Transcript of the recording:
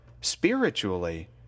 spiritually